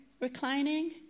reclining